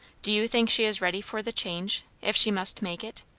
do you think she is ready for the change if she must make it?